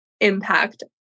impact